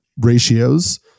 ratios